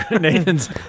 Nathan's